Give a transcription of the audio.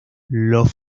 los